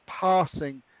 passing